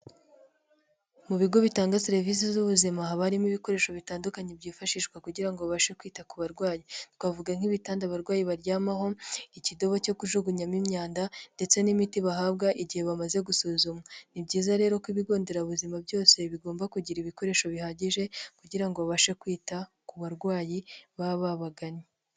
Mu bigo bitanga serivisi z'ubuzima, haba harimo ibikoresho bitandukanye byifashishwa kugira ngo babashe kwita ku barwayi. Twavuga nk'ibitanda abarwayi baryamaho, ikidobo cyo kujugunyamo imyanda, ndetse n'imiti bahabwa igihe bamaze gusuzumwa. Ni byiza rero ko ibigo nderabuzima byose bigomba kugira ibikoresho bihagije, kugira ngo babashe kwita ku barwayi baba babaganye.